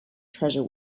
treasure